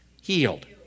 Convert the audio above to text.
healed